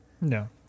No